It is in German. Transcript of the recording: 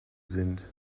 sind